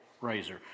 razor